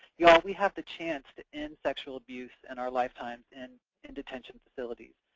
y'all, we have the chance to end sexual abuse in our lifetime in in detention facilities.